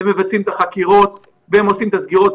והם מבצעים את החקירות, הם עושים את הסגירות.